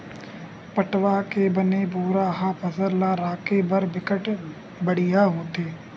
पटवा के बने बोरा ह फसल ल राखे बर बिकट बड़िहा होथे